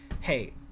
hey